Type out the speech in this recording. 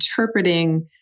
interpreting